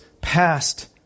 past